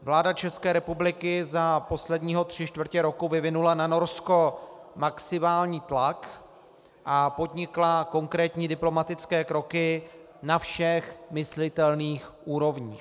Vláda České republiky za posledního tři čtvrtě roku vyvinula na Norsko maximální tlak a podnikla konkrétní diplomatické kroky na všech myslitelných úrovních.